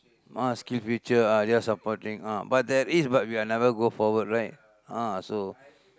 must give picture ah they are supporting ah but there is but we are never go forward right ah so